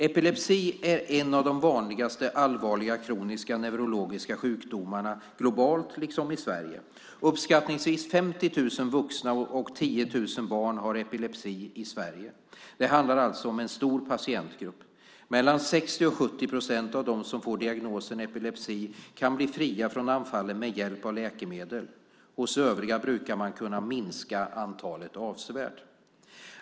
Epilepsi är en av de vanligaste allvarliga kroniska neurologiska sjukdomarna globalt liksom i Sverige. Uppskattningsvis 50 000 vuxna och 10 000 barn har epilepsi i Sverige. Det handlar alltså om en stor patientgrupp. Mellan 60 och 70 procent av dem som får diagnosen epilepsi kan bli fria från anfallen med hjälp av läkemedel. Hos övriga brukar man kunna minska antalet anfall avsevärt.